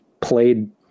played –